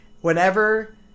whenever